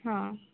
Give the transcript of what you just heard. ହଁ